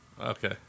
Okay